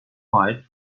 fired